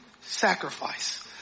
sacrifice